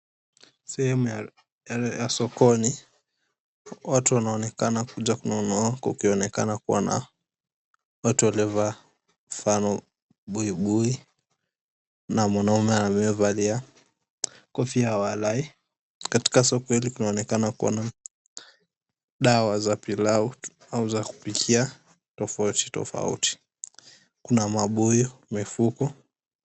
Sehemu ya sokoni. Watu wanaonekana kuja kununua kukionekana kuwa na watu waliovaa mfano buibui na mwanaume amevalia kofia ya walahi. Katika soko hili kunaonekana kuwa na dawa za pilau au za kupikia tofauti tofauti. Kuna mabuyu, mifuko.